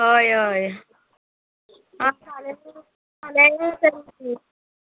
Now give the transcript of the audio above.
हय हय आं फाल्यां फाल्यां या तर आमी